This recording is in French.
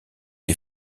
les